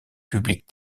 public